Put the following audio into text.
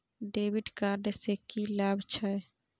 डेविट कार्ड से की लाभ छै?